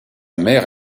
mère